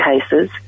cases